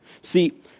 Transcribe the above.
See